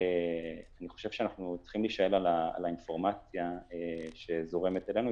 אני חושב שאנחנו צריכים להישען על האינפורמציה שזורמת אלינו,